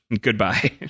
Goodbye